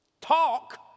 Talk